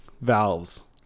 valves